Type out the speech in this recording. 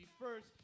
first